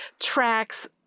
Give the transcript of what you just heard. tracks